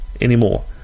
anymore